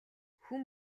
хүн